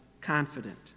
confident